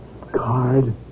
card